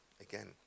again